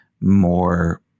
more